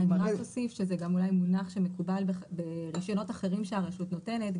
אני רק אוסיף שזה גם אולי מונח שמקובל ברישיונות אחרים שהרשות נותנת,